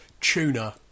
tuna